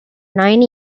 nine